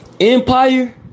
Empire